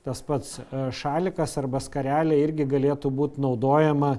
tas pats šalikas arba skarelė irgi galėtų būt naudojama